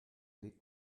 les